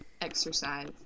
exercise